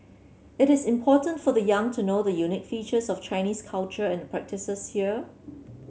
it is important for the young to know the unique features of Chinese culture and the practices here